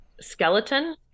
skeleton